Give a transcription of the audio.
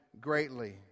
greatly